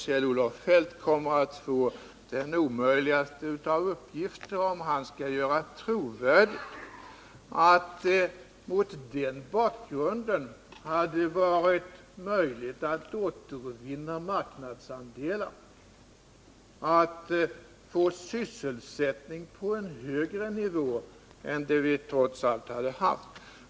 Kjell-Olof Feldt får den omöjligaste av uppgifter, om han skall göra trovärdigt att det mot den bakgrunden hade varit möjligt att återvinna marknadsandelar och att få en högre nivå på sysselsättningen än den vi trots allt har haft.